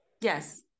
Yes